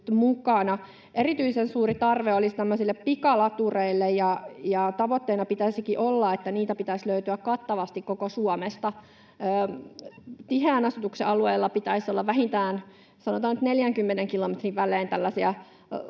Erityisen suuri tarve olisi pikalatureille, ja tavoitteena pitäisikin olla, että niitä pitäisi löytyä kattavasti koko Suomesta. Tiheän asutuksen alueella pitäisi olla vähintään, sanotaan nyt, 40 kilometrin välein